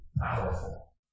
powerful